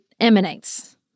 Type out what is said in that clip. emanates